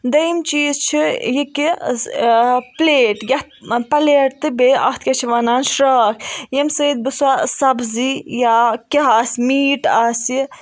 دٔیِم چیٖز چھُ یہِ کہِ پلیٹ یَتھ پَلیٹ تہٕ یَتھ کیاہ چھِ ونان شراک ییٚمہِ سۭتۍ بہٕ سۄ سبزی یا کیاہ آسہِ میٖٹ آسہِ